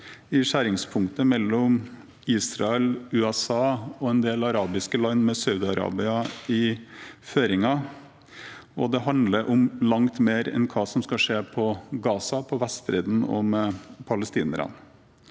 i skjæringspunktet mellom Israel, USA og en del arabiske land, med Saudi-Arabia i føringen. Det handler om langt mer enn hva som skal skje i Gaza og på Vestbredden og om palestinerne.